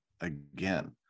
again